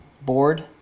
board